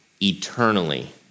eternally